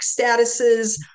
statuses